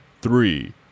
three